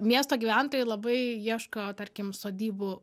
miesto gyventojai labai ieško tarkim sodybų